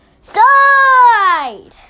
slide